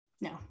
no